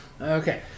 Okay